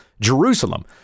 Jerusalem